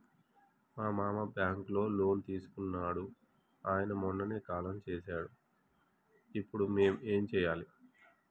మా మామ బ్యాంక్ లో లోన్ తీసుకున్నడు అయిన మొన్ననే కాలం చేసిండు ఇప్పుడు మేం ఏం చేయాలి?